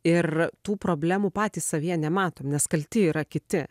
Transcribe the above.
ir tų problemų patys savyje nematom nes kalti yra kiti